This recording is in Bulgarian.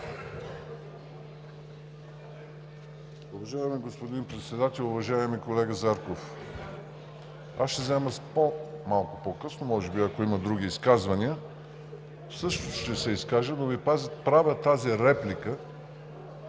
Уважаеми господин Председател! Уважаеми колега Зарков, ще взема малко по-късно – може би ако има други изказвания, също ще се изкажа, но Ви правя тази реплика,